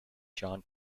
john